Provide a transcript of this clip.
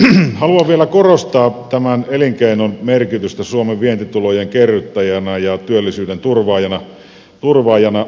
haluan vielä korostaa tämän elinkeinon merkitystä suomen vientitulojen kerryttäjänä ja työllisyyden turvaajana